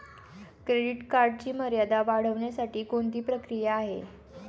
Credit कार्डची मर्यादा वाढवण्यासाठी कोणती प्रक्रिया आहे?